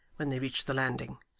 when they reached the landing.